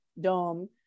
dome